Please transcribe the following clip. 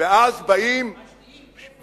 ואז באים ואומרים,